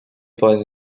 poden